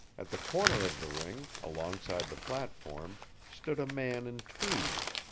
at the corner of the ring, alongside the platform, stood a man in tweeds,